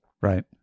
Right